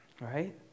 Right